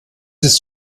ist